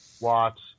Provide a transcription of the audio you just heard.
watts